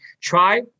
try